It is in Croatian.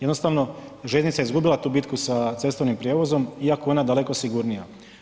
Jednostavno željeznica je izgubila tu bitku sa cestovnim prijevozom iako je ona daleko sigurnija.